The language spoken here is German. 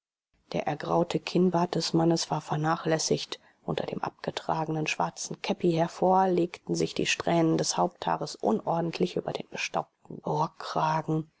der ergraute kinnbart des mannes war vernachlässigt unter dem abgetragenen schwarzen käppi hervor legten sich die strähnen des haupthaares unordentlich über den bestaubten